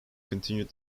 continued